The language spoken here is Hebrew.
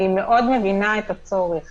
אני מאוד מבינה את הצורך